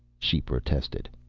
she protested.